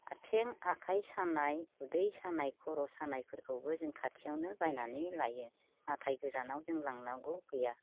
आथिं आखाइ सानाय उदै सानाय खर' सानायफोरखौबो जों खाथियावनो बायनानै लायो नाथाय गोजानाव जों लांनांगौ गैया